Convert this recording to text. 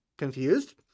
confused